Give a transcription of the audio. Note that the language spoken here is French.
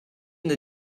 n’a